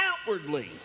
outwardly